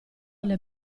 alle